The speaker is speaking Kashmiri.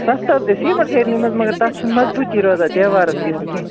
سَستہٕ حظ گژھِ سیمٹ سیرنٕے منٛز مگر تتھ چھَ نہٕ مضبوٗطی روزان دیوارس تِژھ کیٚنٛہہ